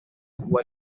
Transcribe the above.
cua